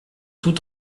tout